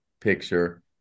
picture